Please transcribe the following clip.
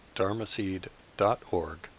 dharmaseed.org